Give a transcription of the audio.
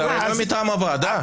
זה לא מטעם הוועדה?